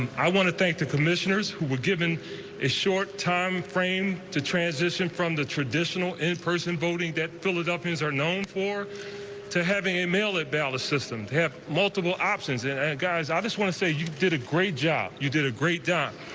and i want to thank the commissioners who were given a short time frame to transition from the traditional in person voting that philadelphians are known for to having a mail-in ballot system, to have multiple options and guys, i just want to say, you did a great job. you did a great job.